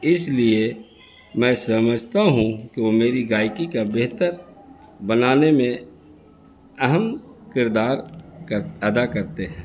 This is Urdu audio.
اس لیے میں سمجھتا ہوں کہ وہ میری گائیکی کا بہتر بنانے میں اہم کردار کر ادا کرتے ہیں